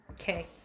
Okay